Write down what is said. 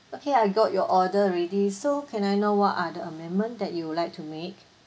okay I got your order already so can I know what are the amendment that you would like to make